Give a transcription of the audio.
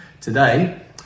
today